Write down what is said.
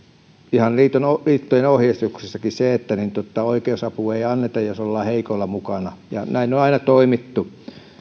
ihan liittojen ohjeistuksessakin on se että oikeusapua ei anneta jos ollaan heikoilla mukana ja näin on aina toimittu